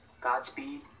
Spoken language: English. Godspeed